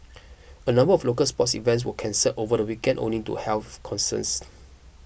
a number of local sports events were cancelled over the weekend owing to health concerns